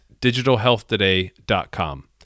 DigitalHealthToday.com